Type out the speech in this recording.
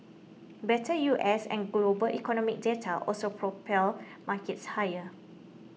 better U S and global economic data also propelled markets higher